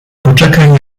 poczekaj